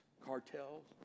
cartels